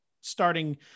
starting